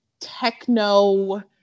techno